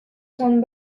son